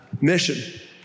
mission